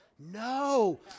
No